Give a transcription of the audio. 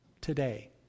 today